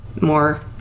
more